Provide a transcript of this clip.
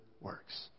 works